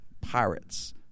pirates